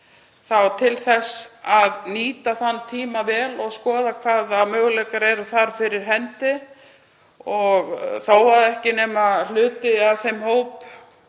og það þarf að nýta þann tíma vel og skoða hvaða möguleikar eru þar fyrir hendi. Þó að ekki nema hluti af þeim hópi